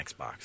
Xbox